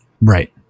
Right